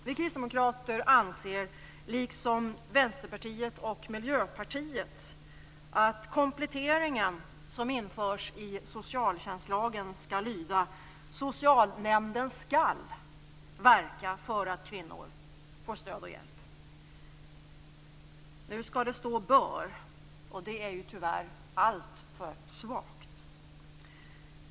Vi kristdemokrater anser, liksom Vänsterpartiet och Miljöpartiet, att den komplettering som införs i socialtjänstlagen skall lyda: Socialnämnden "skall" verka för att kvinnor får stöd och hjälp. Nu skall det enligt förslaget stå "bör", och det är tyvärr alltför svagt.